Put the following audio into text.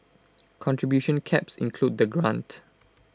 contribution caps include the grant